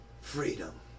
freedom